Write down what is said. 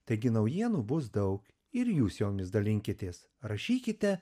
taigi naujienų bus daug ir jūs jomis dalinkitės rašykite